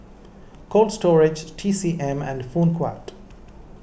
Cold Storage T C M and Phoon Huat